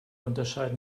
unterscheiden